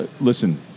listen